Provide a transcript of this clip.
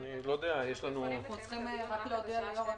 אני מבין שהוא אתנו אז אולי התייחסותו.